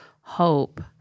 hope